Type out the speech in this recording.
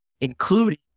Including